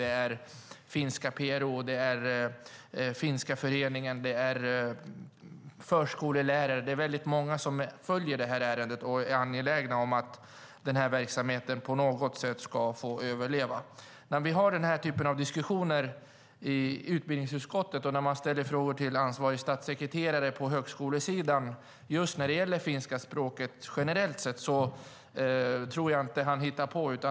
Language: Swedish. Det är Finska-PRO, Finska Föreningen, förskollärare och väldigt många som följer ärendet och är angelägna om att verksamheten på något sätt ska får överleva. När vi har den här typen av diskussioner i utbildningsutskottet och ställer frågor till ansvarig statssekreterare på högskolesidan när det gäller finska språket generellt sett tror jag inte att han hittar på.